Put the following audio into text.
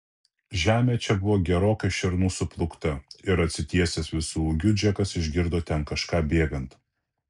žemė čia buvo gerokai šernų suplūkta ir atsitiesęs visu ūgiu džekas išgirdo ten kažką bėgant